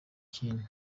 kintu